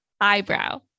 Eyebrow